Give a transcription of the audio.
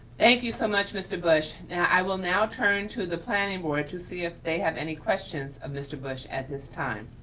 thank you so much, mr. bush. i will now turn to the planning board to see if they have any questions of mr. bush at this time,